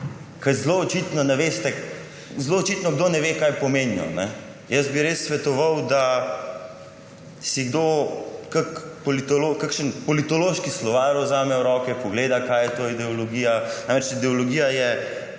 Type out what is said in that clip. zelo očitno kdo ne ve, kaj pomenijo. Jaz bi res svetoval, da si kdo kakšen politološki slovar vzame v roke, pogleda, kaj je to ideologija. Namreč, ideologija je